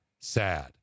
sad